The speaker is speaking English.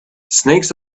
snakes